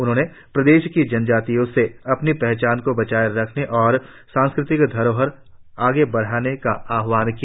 उन्होने प्रदेश की जनजातियों से अपनी पहचान को बचाए रखने और सांस्कृतिक धरोहर आगे बढ़ाने का आहवान किया